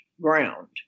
ground